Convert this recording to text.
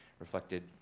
reflected